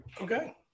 Okay